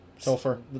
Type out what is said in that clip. sulfur